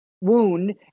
wound